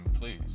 please